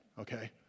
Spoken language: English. okay